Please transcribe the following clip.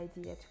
idea